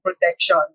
protection